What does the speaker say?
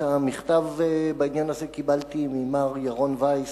את המכתב בעניין הזה קיבלתי ממר ירון וייס,